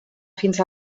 fins